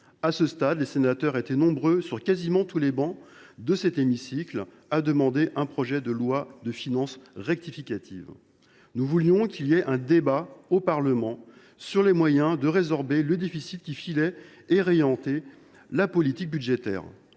À cette époque, les sénateurs étaient nombreux, sur quasiment toutes les travées de cet hémicycle, à réclamer un projet de loi de finances rectificative. Nous voulions qu’un débat se tienne au Parlement sur les moyens de résorber le déficit qui filait et de réorienter la politique budgétaire.